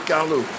Carlo